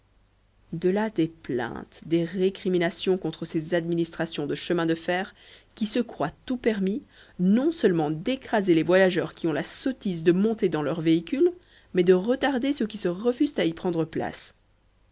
de là des plaintes des récriminations contre ces administrations de chemins de fer qui se croient tout permis non seulement d'écraser les voyageurs qui ont la sottise de monter dans leurs véhicules mais de retarder ceux qui se refusent à y prendre place